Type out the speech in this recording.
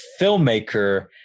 filmmaker